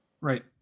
right